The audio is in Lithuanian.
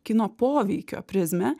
kino poveikio prizmę